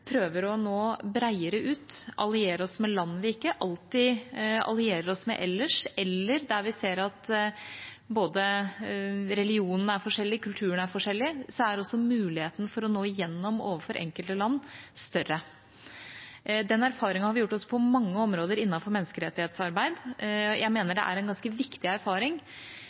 prøver å nå bredere ut, allierer oss med land vi ikke alltid allierer oss med ellers, eller der vi ser at både religionen og kulturen er forskjellig, er også muligheten for å nå gjennom overfor enkelte land større. Den erfaringen har vi gjort oss på mange områder innenfor menneskerettighetsarbeid. Jeg mener det er en ganske viktig erfaring,